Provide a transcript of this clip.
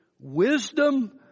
wisdom